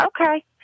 Okay